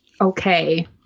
okay